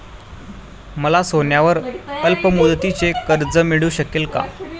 मला सोन्यावर अल्पमुदतीचे कर्ज मिळू शकेल का?